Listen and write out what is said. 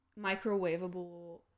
microwavable